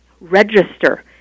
register